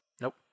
Nope